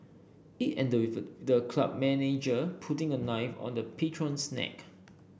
it ended with the club manager putting a knife on the patron's neck